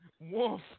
Wolf